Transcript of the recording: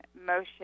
motion